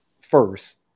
first